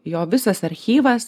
jo visas archyvas